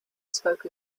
spoke